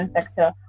sector